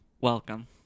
Welcome